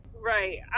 Right